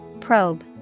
Probe